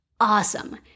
Awesome